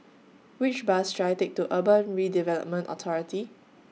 Which Bus should I Take to Urban Redevelopment Authority